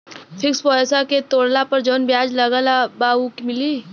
Fix पैसा के तोड़ला पर जवन ब्याज लगल बा उ मिली?